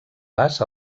pas